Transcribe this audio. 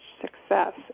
Success